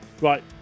Right